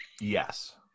Yes